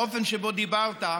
באופן שבו דיברת,